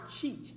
cheat